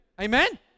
Amen